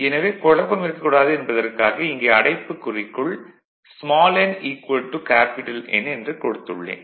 எனவே குழப்பம் இருக்கக்கூடாது என்பதற்காக இங்கே அடைப்புக்குறிக்குள் n N என்று கொடுத்துள்ளேன்